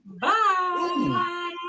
Bye